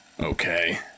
Okay